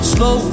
Slow